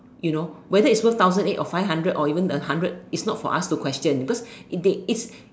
you know whether its worth thousand eight or five hundred or even a hundred its not for us to question because its